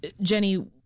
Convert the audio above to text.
Jenny